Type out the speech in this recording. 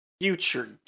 future